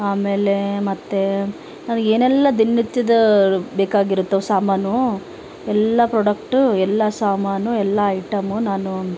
ಆಮೇಲೆ ಮತ್ತೆ ನನ್ಗೆ ಏನೆಲ್ಲ ದಿನನಿತ್ಯದ ಬೇಕಾಗಿರುತ್ತವೆ ಸಾಮಾನು ಎಲ್ಲ ಪ್ರಾಡಕ್ಟು ಎಲ್ಲ ಸಾಮಾನು ಎಲ್ಲ ಐಟಮು ನಾನು